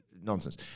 nonsense